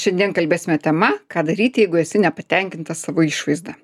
šiandien kalbėsime tema ką daryti jeigu esi nepatenkintas savo išvaizda